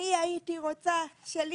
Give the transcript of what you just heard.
אני הייתי רוצה שלי,